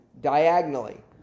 diagonally